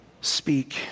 Speak